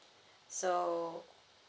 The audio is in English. so